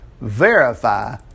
Verify